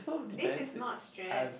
this is not stress